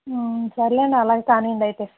సరేలేండి అలాగే కనివ్వండి అయితే